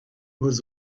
was